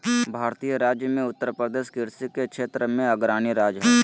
भारतीय राज्य मे उत्तरप्रदेश कृषि के क्षेत्र मे अग्रणी राज्य हय